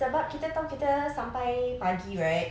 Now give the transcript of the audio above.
sebab kita tahu kita sampai pagi right